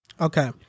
okay